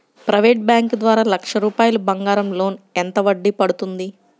Private bank ద్వారా లక్ష రూపాయలు బంగారం లోన్ ఎంత వడ్డీ పడుతుంది?